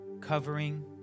covering